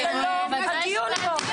סליחה, עם כל הכבוד.